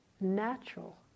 natural